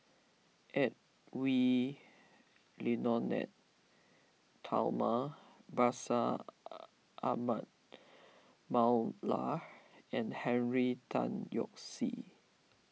Edwy Lyonet Talma Bashir Ahmad Mallal and Henry Tan Yoke See